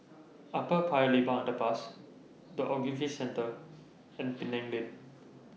Upper Paya Lebar Underpass The Ogilvy Centre and Penang Lane